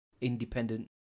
independent